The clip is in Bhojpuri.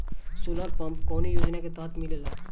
सोलर पम्प कौने योजना के तहत मिलेला?